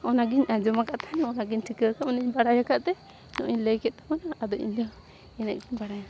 ᱚᱱᱟᱜᱤᱧ ᱟᱸᱡᱚᱢ ᱟᱠᱟᱫ ᱛᱟᱦᱮᱱᱟ ᱚᱱᱟ ᱜᱤᱧ ᱴᱷᱤᱠᱟᱹ ᱟᱠᱟᱫ ᱩᱱᱟᱧ ᱵᱟᱰᱟᱭ ᱟᱠᱟᱫ ᱛᱮ ᱟᱫᱚᱧ ᱞᱟᱹᱭ ᱠᱮᱫ ᱛᱟᱵᱚᱱᱟ ᱟᱫᱚ ᱤᱧᱫᱚ ᱤᱱᱟᱹᱜ ᱜᱤᱧ ᱵᱟᱰᱟᱭᱟ